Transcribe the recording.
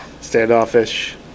Standoffish